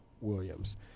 Williams